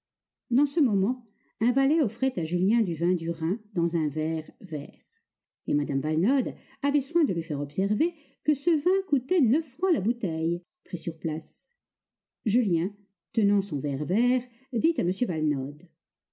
dans ce moment un valet offrait à julien du vin du rhin dans un verre vert et mme valenod avait soin de lui faire observer que ce vin coûtait neuf francs la bouteille pris sur place julien tenant son verre vert dit à m valenod